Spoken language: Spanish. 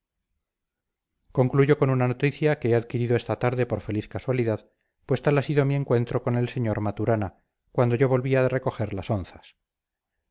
concluyo con una noticia que he adquirido esta tarde por feliz casualidad pues tal ha sido mi encuentro con el sr maturana cuando yo volvía de recoger las onzas